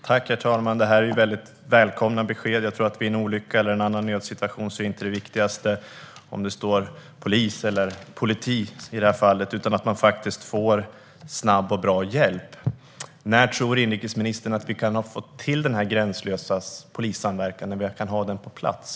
Herr talman! Det är väldigt välkomna besked. Vid en olycka eller en annan nödsituation tror jag inte att det viktigaste är om det står polis eller politi, i det här fallet, utan att man faktiskt får snabb och bra hjälp. När tror inrikesministern att vi kan få till den här gränslösa polissamverkan? När kan vi ha den på plats?